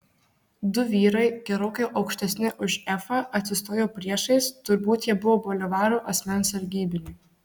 du vyrai gerokai aukštesni už efą atsistojo priešais turbūt jie buvo bolivaro asmens sargybiniai